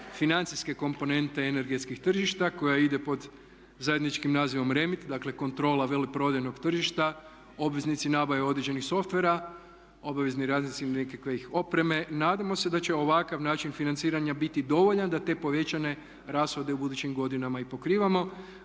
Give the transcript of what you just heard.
financijske komponente energetskih tržišta koja ide pod zajedničkim nazivom REMIT, dakle kontrola veleprodajnog tržišta, obveznici nabave određenih softwarea, obavezni …/Govornik se ne razumije./… nekakve opreme. Nadamo se da će ovakav način financiranja biti dovoljan da te povećane rashode u budućim godinama i pokrivamo.